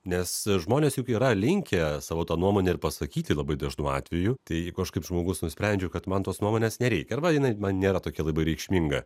nes žmonės juk yra linkę savo nuomonę ir pasakyti labai dažnu atveju tai kažkaip žmogus nusprendžia kad man tos nuomonės nereikia arba jinai man nėra tokia labai reikšminga